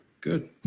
Good